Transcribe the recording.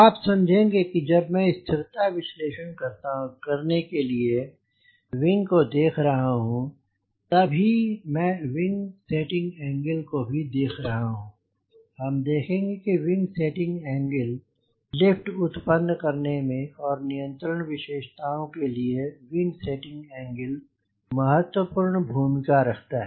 आप समझेंगे कि जब मैं स्थिरता विश्लेषण के लिए विंग को देख रहा हूँ तभी मैं विंग सेटिंग एंगल को भी देख रहा हूँ हम देखेंगे कि विंग सेटिंग एंगल लिफ्ट उत्पन्न करने में और नियंत्रण विशेषताओं के लिए विंग सेटिंग एंगल महत्वपूर्ण भूमिका रखता है